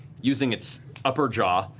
using its upper jaw,